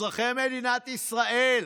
אזרחי מדינת ישראל,